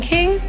King